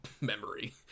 memory